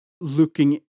looking